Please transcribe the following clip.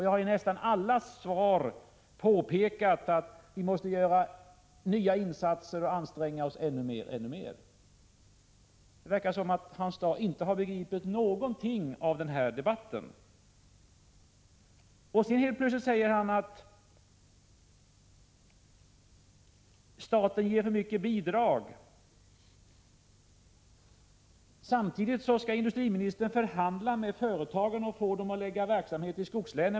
Jag har i nästan alla svar påpekat att vi måste göra nya insatser och anstränga oss ännu mer. Det verkar som om Hans Dau inte har begripit någonting av den här debatten. Helt plötsligt säger han att staten ger för mycket bidrag. Samtidigt skall industriministern förhandla med företagen och få dem att förlägga verksamhet i skogslänen.